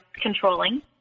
controlling